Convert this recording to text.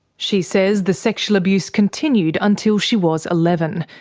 she says the sexual abuse continued until she was eleven,